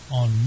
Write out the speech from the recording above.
on